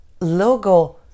logo